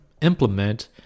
implement